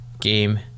game